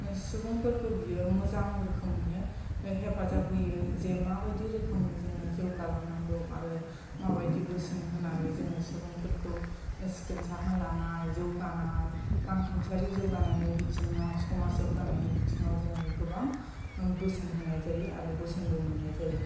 सुबुंफोरखौ बियो मोजां रोखोमैनो हेफाजाब होयो जे माबायदि रोखोमै जोङो जौगालांनांगौ आरो माबायदि बोसोन होनानै जोङो सुबुंफोरखौ सिखोन साखोन लानाय जौगानाय रांखान्थियारि जौगानायनि बिथिङाव समाज जौगानायनि बिथिङाव जोङो गोबां बोसोन होनाय जायो आरो बोसोनबो मोननाय जायो